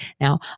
Now